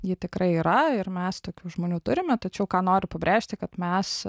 ji tikrai yra ir mes tokių žmonių turime tačiau ką noriu pabrėžti kad mes